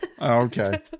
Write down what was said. Okay